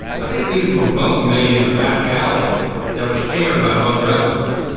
i think these were both made in a back alley that was shared by both restaurants.